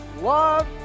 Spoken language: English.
Love